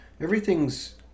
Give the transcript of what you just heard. Everything's